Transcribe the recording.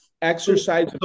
exercise